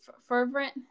fervent